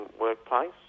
workplace